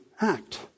act